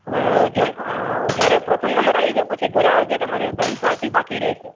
જમવા જ્યારે પ્રથમ નંબર આવી જાય પછી ઘરે આવજે તારી પાર્ટી બાકી રહેશે